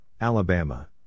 Alabama